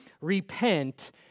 Repent